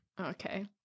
Okay